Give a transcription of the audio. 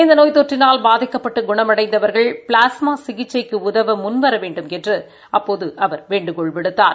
இந்த நோய் தொற்றினால் பாதிக்கப்பட்டு குணமடைந்தவர்கள் ப்ளாஸ்மா சிகிச்சைக்கு உதவ முன்வர வேண்டுமென்று அப்போது அவர் வேண்டுகோள் விடுத்தார்